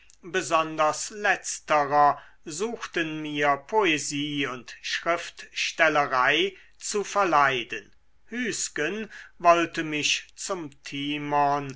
besonders letzterer suchten mir poesie und schriftstellerei zu verleiden hüsgen wollte mich zum timon